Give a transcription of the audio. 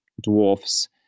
dwarfs